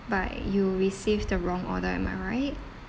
but you received the wrong order am I right